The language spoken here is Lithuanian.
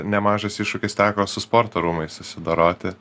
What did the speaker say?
nemažas iššūkis teko su sporto rūmais susidoroti